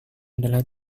adalah